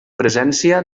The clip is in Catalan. presència